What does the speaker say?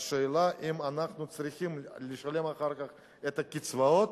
והשאלה היא אם אנחנו צריכים לשלם אחר כך את הקצבאות